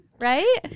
Right